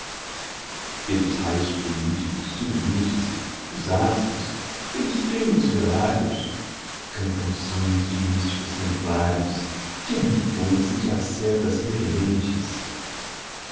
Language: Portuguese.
pelos raios fluídicos diluentes dos astros pelos trêmulos velários cantam sonhos de místicos templários de ermitões e de ascetas reverentes